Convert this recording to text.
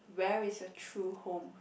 where is a true home